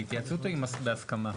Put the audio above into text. בהתייעצות או בהסכמה?